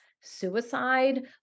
suicide